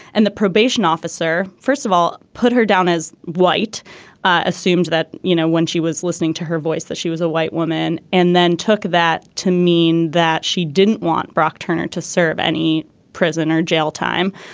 and the probation officer first of all put her down as white assumed that you know when she was listening to her voice that she was a white woman and then took that to mean that she didn't want brock turner to serve any prison or jail time.